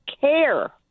care